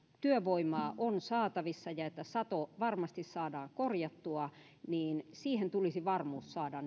työvoimaa on saatavissa ja että sato varmasti saadaan korjattua tulisi varmuus saada